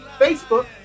Facebook